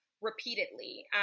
repeatedly